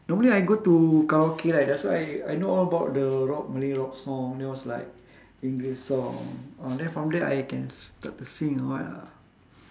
normally I go to karaoke right that's why I I know all about the rock malay rock song then was like english song ah then from there I can start to sing or what ah